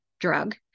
drug